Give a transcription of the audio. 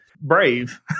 Brave